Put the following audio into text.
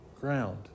ground